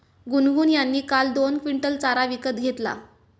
गुनगुन यांनी काल दोन क्विंटल चारा विकत घेतला